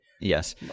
Yes